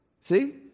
See